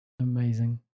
amazing